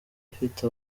afite